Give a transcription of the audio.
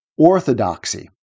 orthodoxy